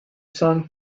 san